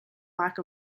lack